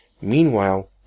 Meanwhile